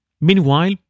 Meanwhile